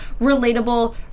relatable